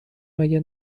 مگه